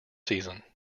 season